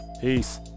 Peace